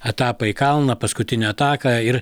etapą į kalną paskutinę ataką ir